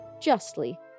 justly